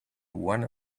one